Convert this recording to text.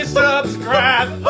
subscribe